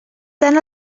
tant